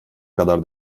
kadar